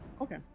Okay